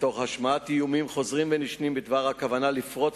ותוך השמעת איומים חוזרים ונשנים בדבר כוונה לפרוץ